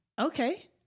Okay